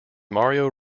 mario